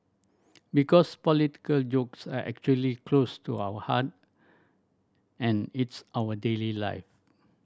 because political jokes are actually close to our heart and it's our daily life